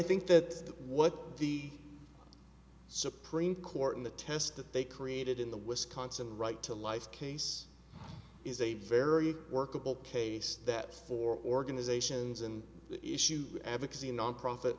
think that what the supreme court in the test that they created in the wisconsin right to life case is a very workable case that for organizations and issue advocacy nonprofit